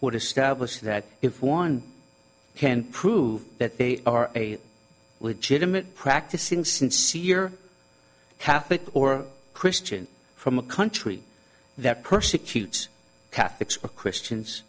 establish that if one can prove that they are a legitimate practicing sincere catholic or christian from a country that persecutes catholics or christians